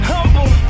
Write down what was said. Humble